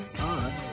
on